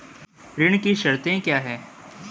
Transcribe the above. ऋण की शर्तें क्या हैं?